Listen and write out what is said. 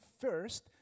first